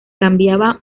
cambiaba